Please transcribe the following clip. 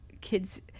kids